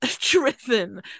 driven